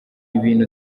ibintu